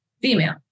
female